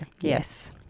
Yes